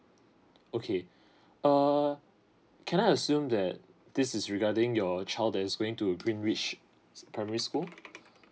okay err can I assume that this is regarding your child that is going to green ridge primary school